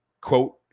quote